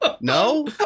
No